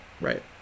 right